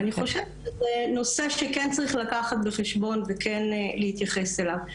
זה נושא שכן צריך לקחת בחשבון וכן להתייחס אליו.